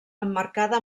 emmarcada